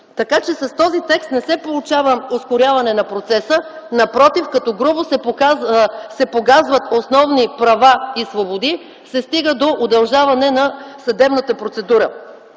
Така че с този текст не се получава ускоряване на процеса. Напротив, като грубо се погазват основни права и свободи, се стига до удължаване на съдебната процедура.